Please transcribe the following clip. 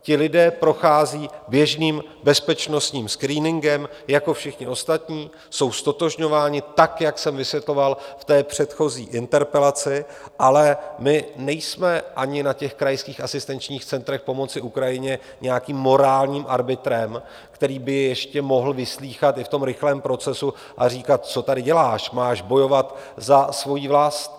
Ti lidé prochází běžným bezpečnostním screeningem jako všichni ostatní, jsou ztotožňováni tak, jak jsem vysvětloval v předchozí interpelaci, ale my nejsme ani na těch krajských asistenčních centrech pomoci Ukrajině nějakým morálním arbitrem, který by je ještě mohl vyslýchat i v tom rychlém procesu a říkat: Co tady děláš, máš bojovat za svoji vlast.